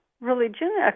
religion